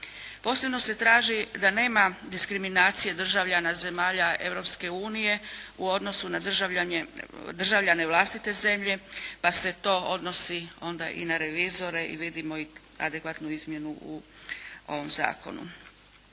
Posebno se traži da nema diskriminacije državljana zemalja Europske unije u odnosu na državljane vlastite zemlje pa se to odnosi onda i na revizore i vidimo i adekvatnu izmjenu u ovom zakonu.